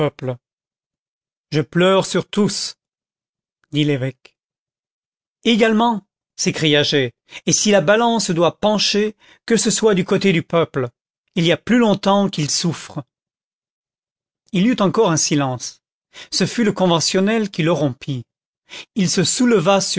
je pleure sur tous dit l'évêque également s'écria g et si la balance doit pencher que ce soit du côté du peuple il y a plus longtemps qu'il souffre il y eut encore un silence ce fut le conventionnel qui le rompit il se souleva